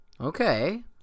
okay